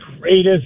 greatest